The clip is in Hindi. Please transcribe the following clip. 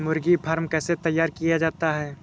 मुर्गी फार्म कैसे तैयार किया जाता है?